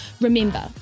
Remember